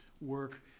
work